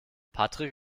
patrick